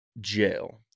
Jail